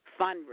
fundraising